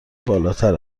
بالاتر